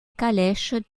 calèches